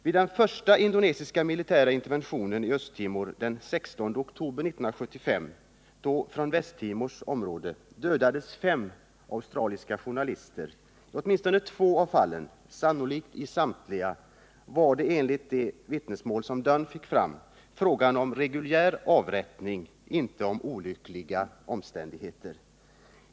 Vid den första indonesiska militära interventionen i Östra Timor den 16 oktober 1975, då från Västra Timors område, dödades fem australiska journalister. I åtminstone två av fallen, sannolikt i samtliga, var det— enligt de vittnesmål som Dunn fick fram — fråga om reguljär avrättning, inte om olyckliga omständigheter.